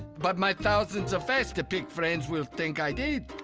but my thousands of fastapic friends will think i did.